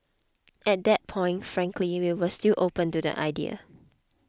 at that point frankly we were still open to the idea